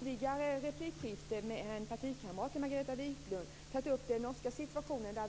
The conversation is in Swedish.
Herr talman! Jag har i ett annat replikskifte med en partikamrat till Margareta Vilkund tagit upp den norska situationen. Där har